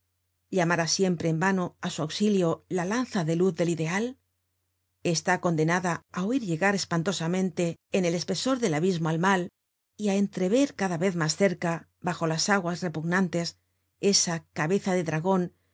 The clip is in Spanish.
llamará siempre en vano á su auxilio la lanza de luz del ideal está condenada á oir llegar espantosamente en el espesor del abismo al mal y á entrever cada vez mas cerca bajo las aguas repugnantes esa cabeza de dragon